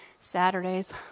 Saturdays